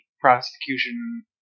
prosecution